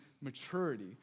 maturity